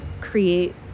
create